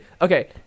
okay